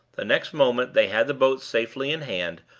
the next moment they had the boat safely in hand,